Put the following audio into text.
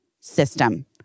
system